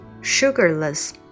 Sugarless